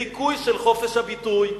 בדיכוי של חופש הביטוי,